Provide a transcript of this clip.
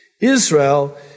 Israel